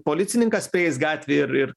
policininkas prieis gatvėj ir ir